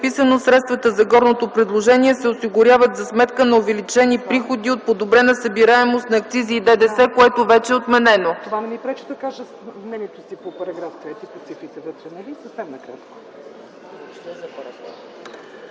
„средствата за горното предложение се осигуряват за сметка на увеличени приходи от подобрена събираемост на акцизи и ДДС”, което вече е отменено.